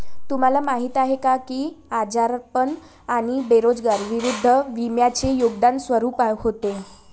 तुम्हाला माहीत आहे का की आजारपण आणि बेरोजगारी विरुद्ध विम्याचे योगदान स्वरूप होते?